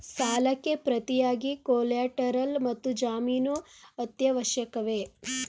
ಸಾಲಕ್ಕೆ ಪ್ರತಿಯಾಗಿ ಕೊಲ್ಯಾಟರಲ್ ಮತ್ತು ಜಾಮೀನು ಅತ್ಯವಶ್ಯಕವೇ?